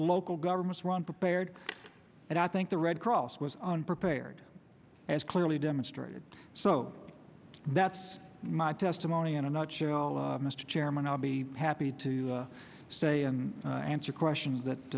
local governments run prepared and i think the red cross was unprepared as clearly demonstrated so that's my testimony in a nutshell mr chairman i'll be happy to stay and answer questions